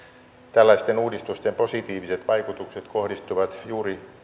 tällaisten uudistusten positiiviset vaikutukset kohdistuvat juuri